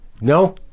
No